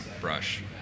brush